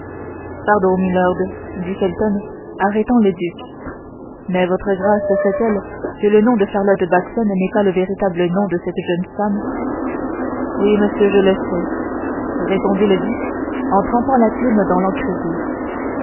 pardon milord dit felton arrêtant le duc mais votre grâce sait-elle que le nom de charlotte backson n'est pas le véritable nom de cette jeune femme oui monsieur je le sais répondit le duc en trempant la plume dans